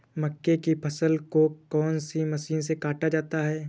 मक्के की फसल को कौन सी मशीन से काटा जाता है?